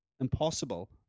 impossible